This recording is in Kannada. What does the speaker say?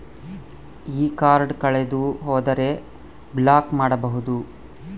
ಈ ಕಾರ್ಡ್ ಕಳೆದು ಹೋದರೆ ಬ್ಲಾಕ್ ಮಾಡಬಹುದು?